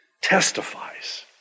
testifies